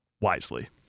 Wisely